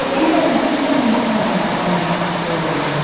and even um even in telling that woman's story,